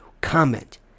comment